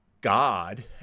God